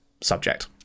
subject